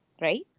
right